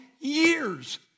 years